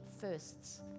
firsts